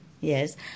yes